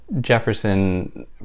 Jefferson